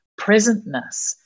presentness